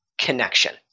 connection